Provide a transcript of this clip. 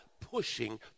pushing